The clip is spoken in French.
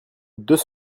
deux